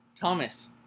Thomas